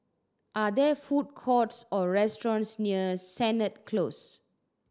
are there food courts or restaurants near Sennett Close